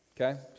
okay